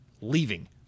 leaving